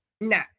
No